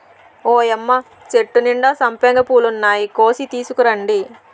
ఓయ్యమ్మ చెట్టు నిండా సంపెంగ పూలున్నాయి, కోసి తీసుకురండి